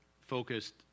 focused